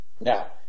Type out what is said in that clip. Now